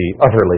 utterly